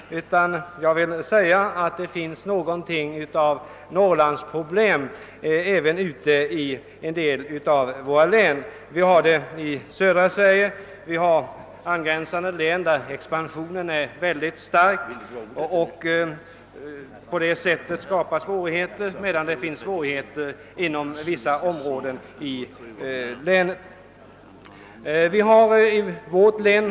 Det finns emellertid något av ett Norrlandsproblem även i några andra län. I en del län i södra Sverige är expansionen mycket stark, vilket skapar svårigheter för angränsande län.